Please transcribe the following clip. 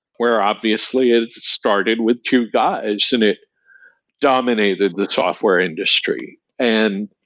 where obviously it it started with two guys and it dominated the software industry. and